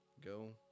go